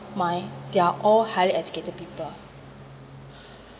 mind they are all highly educated people